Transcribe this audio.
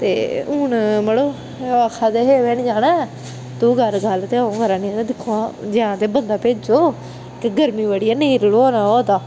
ते हून मड़ो आक्खा दे हे में नेई जाना ऐ तू कर गल्ल ते में करा नेई हां दिक्खो हां जां ते बंदा भेजो ते गर्मी बडी ऐ नेई रौहन अबा दा